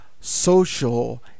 social